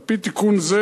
על-פי תיקון זה,